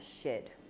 shed